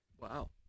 Wow